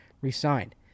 resigned